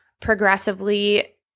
progressively